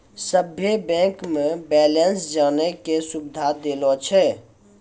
सभे बैंक मे बैलेंस जानै के सुविधा देलो छै